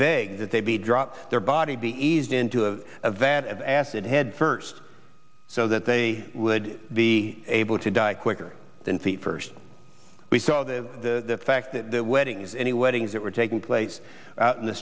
beg that they be dropped their body be eased into a vat of acid head first so that they would be able to die quicker than feet first we saw the fact that weddings any weddings that were taking place in the